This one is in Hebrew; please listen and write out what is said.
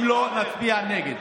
אם לא, נצביע נגד.